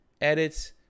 edit